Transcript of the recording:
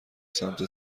سمت